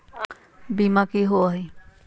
बीमा की होअ हई?